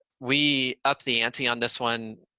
we up the ante on this one,